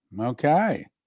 Okay